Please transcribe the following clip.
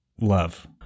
love